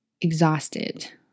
exhausted